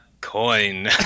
coin